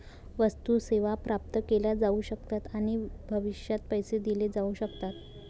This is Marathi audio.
वस्तू, सेवा प्राप्त केल्या जाऊ शकतात आणि भविष्यात पैसे दिले जाऊ शकतात